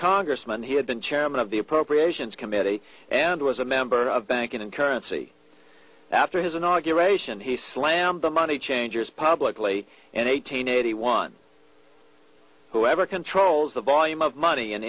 congressman he had been chairman of the appropriations committee and was a member of banking and currency after his inauguration he slammed the money changers publicly and eighteen eighty one whoever controls the volume of money in